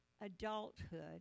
adulthood